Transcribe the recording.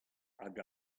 hag